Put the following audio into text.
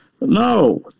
No